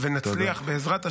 ונצליח, בעזרת השם.